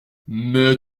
mais